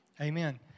Amen